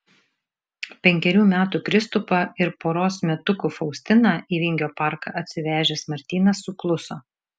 penkerių metų kristupą ir poros metukų faustiną į vingio parką atsivežęs martynas sukluso